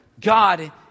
God